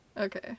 Okay